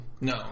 No